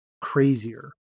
Crazier